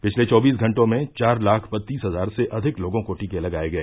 पिछले चौबीस घटों में चार लाख बत्तीस हजार से अधिक लोगों को टीके लगाए गए